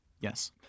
Yes